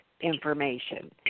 information